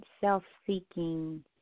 self-seeking